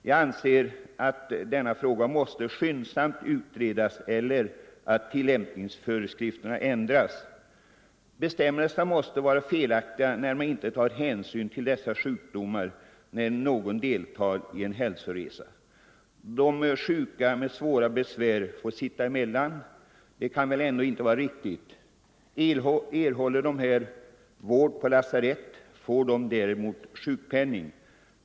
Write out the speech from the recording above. Jag anser att denna fråga måste skyndsamt utredas eller tilllämpningsföreskrifterna ändras. Bestämmelserna måste vara felaktiga när man inte tar hänsyn till dessa sjukdomar då det gäller sjukpenning till person som deltar i en hälsoresa. De sjuka med svåra besvär får sitta emellan. Det kan väl ändå inte vara riktigt. Erhåller de vård på lasarett får de däremot sjukpenning.